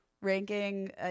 Ranking